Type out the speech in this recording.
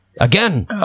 Again